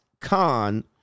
Khan